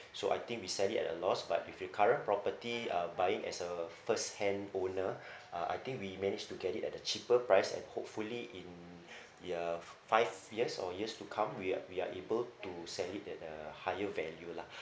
so I think we sell it at a loss but if with current property uh buying as a first hand owner uh I think we managed to get it at the cheaper price and hopefully in the uh five years or years to come we are we are able to sell it at a higher value lah